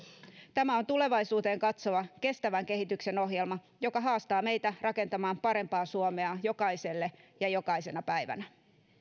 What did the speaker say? tämä on tulevaisuuteen katsova kestävän kehityksen ohjelma joka haastaa meitä rakentamaan parempaa suomea jokaiselle ja jokaisena päivänä